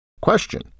Question